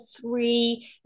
three